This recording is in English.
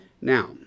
Now